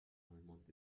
vollmond